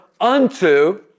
unto